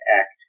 act